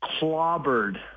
clobbered